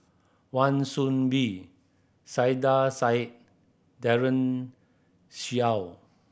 Wan Soon Bee Saiedah Said Daren Shiau